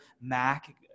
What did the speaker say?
Mac